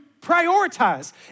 prioritize